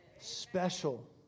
Special